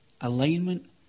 Alignment